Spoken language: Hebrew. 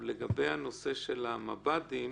לגבי הנושא של המב"דים